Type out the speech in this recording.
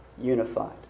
unified